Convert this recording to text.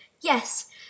yes